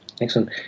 Excellent